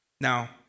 Now